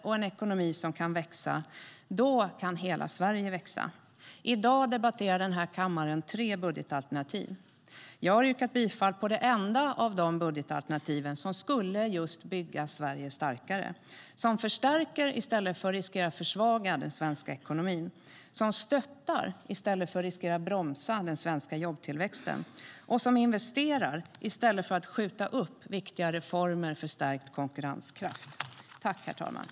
Med en ekonomi som kan växa kan hela Sverige växa.